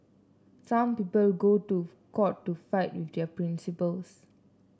some people go to court to fight their principles